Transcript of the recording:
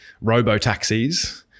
robo-taxis